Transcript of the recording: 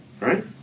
right